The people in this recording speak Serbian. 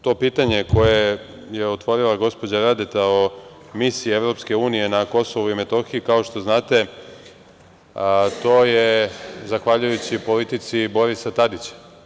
To pitanje koje je otvorila gospođa Radeta o misiji EU na KiM, kao što znate, to je zahvaljujući politici Borisa Tadića.